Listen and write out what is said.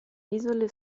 isole